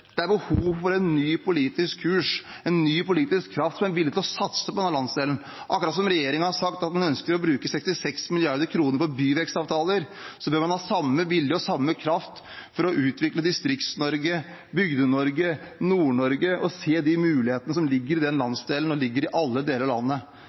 Det er behov for en ny politisk kurs, en ny politisk kraft som er villig til å satse på denne landsdelen. Akkurat som regjeringen har sagt at den ønsker å bruke 66 mrd. kr på byvekstavtaler, bør man ha samme vilje og samme kraft for å utvikle Distrikts-Norge, Bygde-Norge, Nord-Norge, og se de mulighetene som ligger i den landsdelen og i alle deler av landet.